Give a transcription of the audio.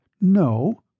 No